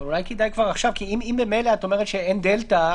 אולי כדאי כבר עכשיו כי אם ממילא את אומרת שאין דלתא,